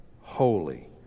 holy